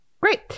Great